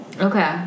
Okay